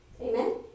Amen